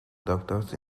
doctors